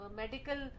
medical